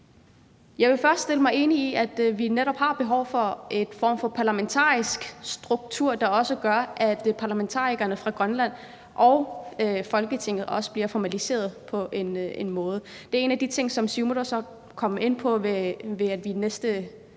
Jeg vil dernæst erklære mig enig i, at vi netop har behov for en form for parlamentarisk struktur, der gør, at det for parlamentarikerne fra Grønland og Folketinget bliver formaliseret på en eller anden måde. Det er også en af de ting, som Siumut vil komme ind på, når vi i næste